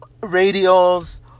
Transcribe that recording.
radios